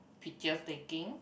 picture taking